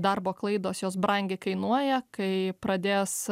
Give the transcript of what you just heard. darbo klaidos jos brangiai kainuoja kai pradės